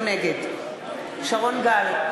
נגד שרון גל,